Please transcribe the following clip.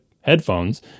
headphones